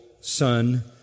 son